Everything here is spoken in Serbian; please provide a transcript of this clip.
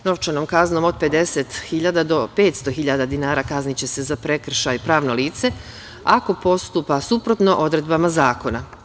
Novčanom od 50 hiljada do 500 hiljada kazniće se za prekršaj pravno lice ako postupa suprotno odredbama zakona.